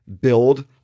build